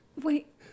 wait